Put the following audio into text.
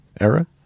era